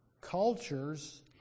cultures